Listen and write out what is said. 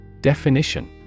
Definition